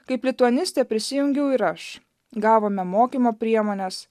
kaip lituanistė prisijungiau ir aš gavome mokymo priemones